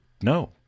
no